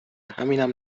همینم